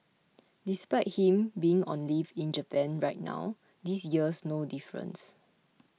despite him being on leave in Japan right now this year's no difference